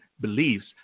beliefs